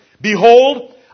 Behold